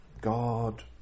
God